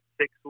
six